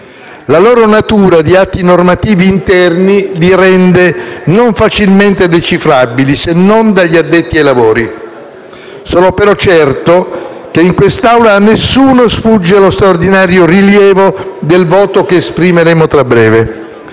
La loro natura di atti normativi interni li rende non facilmente decifrabili se non dagli addetti ai lavori. Sono, però, certo che in quest'Aula a nessuno sfugge lo straordinario rilievo del voto che esprimeremo a breve.